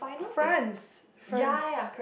France France